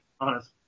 honest